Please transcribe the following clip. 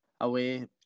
away